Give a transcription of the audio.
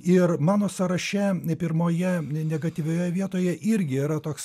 ir mano sąraše pirmoje negatyvioje vietoje irgi yra toks